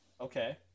Okay